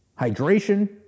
hydration